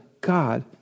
God